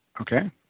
Okay